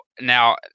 now